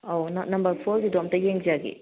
ꯑꯧ ꯅꯝꯕꯔ ꯐꯣꯔꯒꯤꯗꯣ ꯑꯝꯇ ꯌꯦꯡꯖꯒꯦ